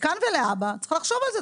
מכאן ולהבא צריך לחשוב על זה.